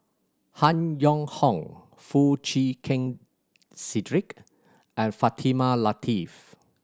Han Yong Hong Foo Chee Keng Cedric and Fatimah Lateef